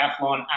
triathlon